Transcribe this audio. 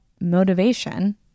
motivation